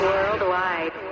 Worldwide